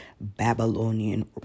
Babylonian